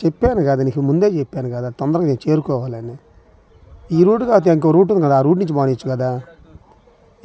చెప్పాను కదా నీకు ముందే చెప్పాను కదా తొందరగా నేను చేరుకోవాలని ఈ రూటు కాదు ఇంకో రూటు ఉంది కదా ఆ రూట్ నుంచి పోనీచ్చుగదా